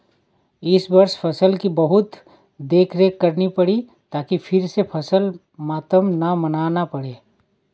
इस वर्ष फसल की बहुत देखरेख करनी पड़ी ताकि फिर से फसल मातम न मनाना पड़े